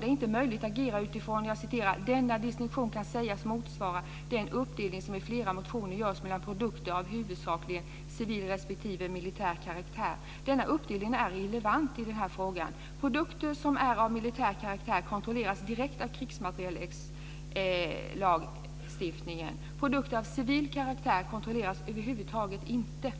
Det är inte möjligt att agera utifrån följande: "Denna distinktion kan sägas motsvara den uppdelning som i flera motioner görs mellan produkter av huvudsakligen civil respektive militär karaktär." Denna uppdelning är irrelevant i denna fråga. Produkter som är av militär karaktär kontrolleras direkt av krigsmateriellagstiftningen. Produkter av civil karaktär kontrolleras över huvud taget inte.